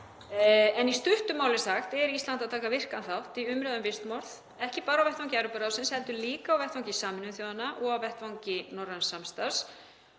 En í stuttu máli sagt er Ísland að taka virkan þátt í umræðu um vistmorð, ekki bara á vettvangi Evrópuráðsins heldur líka á vettvangi Sameinuðu þjóðanna og á vettvangi norræns samstarfs.